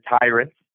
tyrants